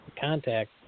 contact